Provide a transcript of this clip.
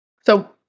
So-